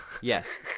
Yes